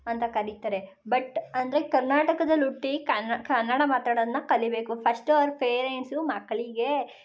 ಅಂತ ಕರೀತಾರೆ ಬಟ್ ಅಂದರೆ ಕರ್ನಾಟಕದಲ್ಲಿ ಹುಟ್ಟಿ ಕನ್ನಡ ಮಾತಾಡೋದ್ನ ಕಲೀಬೇಕು ಫಸ್ಟು ಅವ್ರ ಪೇರೆಂಟ್ಸು ಮಕ್ಕಳಿಗೆ